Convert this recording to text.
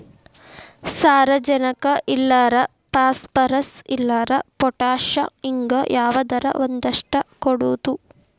ಸಾರಜನಕ ಇಲ್ಲಾರ ಪಾಸ್ಪರಸ್, ಇಲ್ಲಾರ ಪೊಟ್ಯಾಶ ಹಿಂಗ ಯಾವದರ ಒಂದಷ್ಟ ಕೊಡುದು